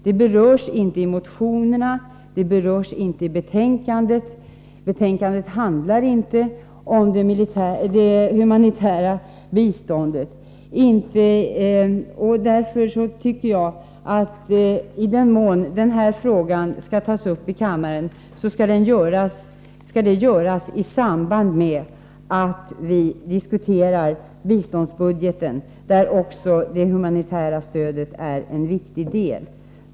Det berörs varken i motionerna eller i betänkandet. Betänkandet handlar inte om det humanitära biståndet. Därför tycker jag att i den mån frågan skall tas upp i kammaren, skall det göras i samband med att vi diskuterar biståndsbudgeten, där det humanitära stödet är en viktig del.